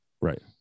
right